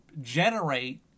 generate